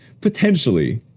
potentially